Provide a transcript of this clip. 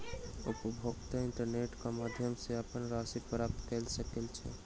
उपभोगता इंटरनेट क माध्यम सॅ अपन राशि प्राप्त कय सकै छै